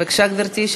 בבקשה, גברתי.